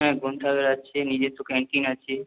হ্যাঁ গ্রন্থাগার আছে নিজস্ব ক্যান্টিন আছে